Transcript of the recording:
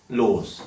laws